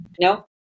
No